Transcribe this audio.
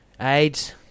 AIDS